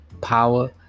power